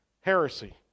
Heresy